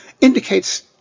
indicates